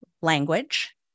language